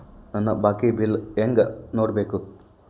ನನ್ನ ಬಾಕಿ ಬಿಲ್ ಹೆಂಗ ನೋಡ್ಬೇಕು?